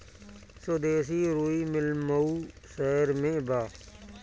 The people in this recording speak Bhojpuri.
स्वदेशी रुई मिल मऊ शहर में बा